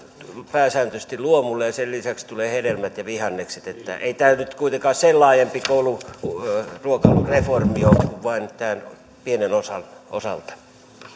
pääsääntöisesti luomulle ja sen lisäksi tulevat hedelmät ja vihannekset että ei tämä nyt kuitenkaan sen laajempi kouluruokailureformi ole kuin vain tämän pienen osan osalta